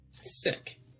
Sick